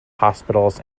hospitals